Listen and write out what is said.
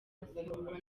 asimburwa